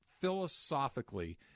philosophically